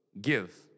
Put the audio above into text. give